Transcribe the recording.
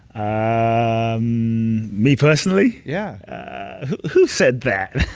ah um me, personally? yeah who said that?